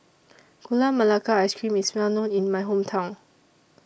Gula Melaka Ice Cream IS Well known in My Hometown